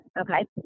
okay